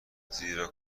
زیرا